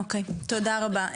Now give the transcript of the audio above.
תודה רבה.